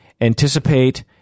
anticipate